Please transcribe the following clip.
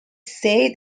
said